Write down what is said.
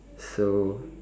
so